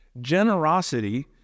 Generosity